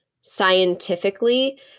scientifically